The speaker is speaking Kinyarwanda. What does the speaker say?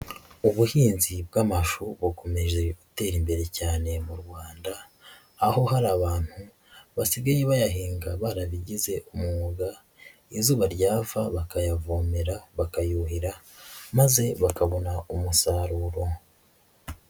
Ubuhinzi bw'amashu bukomeje gutera imbere cyane mu Rwanda, aho hari abantu basigaye bayahinga barabigize umwuga, izuba ryava bakayavomera, bakayuhira, maze bakabona umusaruro.